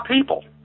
people